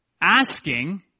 asking